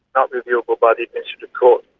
not reviewable by the administrative court.